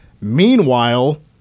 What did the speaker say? meanwhile